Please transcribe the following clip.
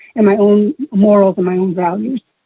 and my own morals and my own values.